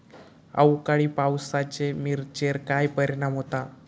अवकाळी पावसाचे मिरचेर काय परिणाम होता?